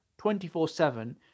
24-7